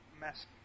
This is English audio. mess